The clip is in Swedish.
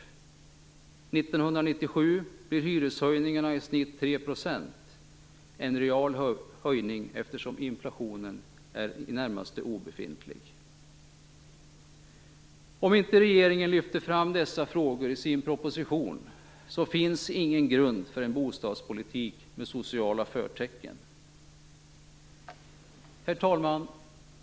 1997 blir hyreshöjningarna i genomsnitt 3 %- en real höjning, eftersom inflationen i det närmaste är obefintlig. Om regeringen inte lyfter fram dessa frågor i sin proposition finns det ingen grund för en bostadspolitik med sociala förtecken. Herr talman!